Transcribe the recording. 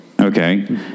Okay